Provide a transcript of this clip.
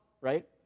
right